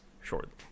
shortly